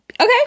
okay